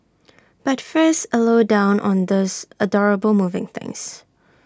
but first A low down on these adorable moving things